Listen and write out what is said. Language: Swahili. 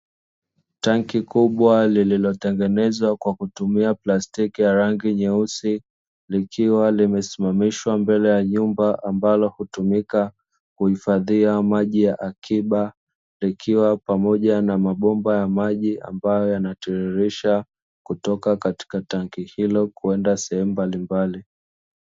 Tanki kubwa lililotengenezwa kwa kutumia plastiki ya rangi nyeusi, likiwa limesimamishwa mbele ya nyumba ambalo hutumika kuhifadhia maji ya akiba, ikiwa pamoja na mabomba ya maji ambayo yanatiririsha kutoka katika tanki hilo kuenda sehemu mbalimbali.